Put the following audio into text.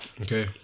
Okay